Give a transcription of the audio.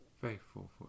faithful